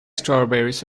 strawberries